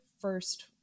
first